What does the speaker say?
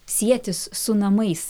sietis su namais